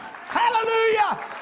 hallelujah